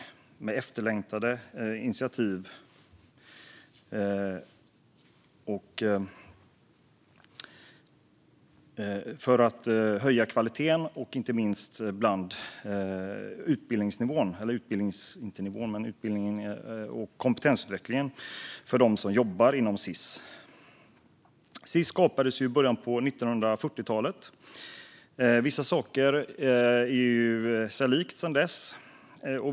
Där finns efterlängtade initiativ som ska höja kvaliteten och inte minst leda till en kompetensutveckling för dem som jobbar inom Sis. Sis skapades i början av 1940-talet. Vissa saker är sig lika sedan den tiden.